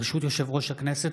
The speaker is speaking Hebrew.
ברשות יושב-ראש הכנסת,